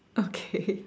okay